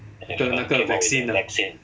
turn 那个 vaccine ah